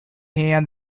hand